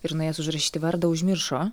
ir nuėjęs užrašyti vardą užmiršo